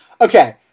Okay